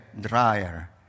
dryer